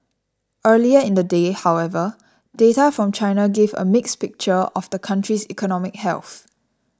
earlier in the day however data from China gave a mixed picture of the country's economic health